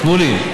שמולי,